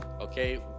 okay